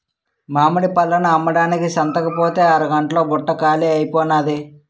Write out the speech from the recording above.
మామిడి పళ్ళను అమ్మడానికి సంతకుపోతే అరగంట్లో బుట్ట కాలీ అయిపోనాది